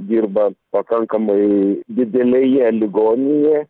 dirba pakankamai didelėje ligoninėje